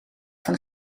van